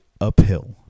uphill